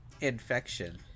Infection